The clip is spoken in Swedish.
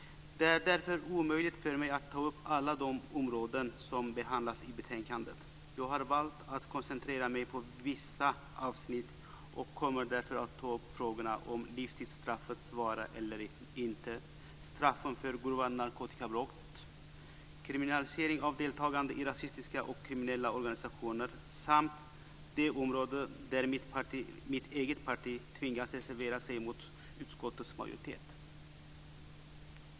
Det är därför omöjligt för mig att ta upp alla de områden som behandlas i betänkandet. Jag har valt att koncentrera mig på vissa avsnitt och kommer därför att ta upp frågorna om livstidsstraffets vara eller inte vara, straffen för grova narkotikabrott, kriminalisering av deltagande i rasistiska och kriminella organisationer samt det området där mitt eget parti tvingats reservera sig mot utskottets majoritet.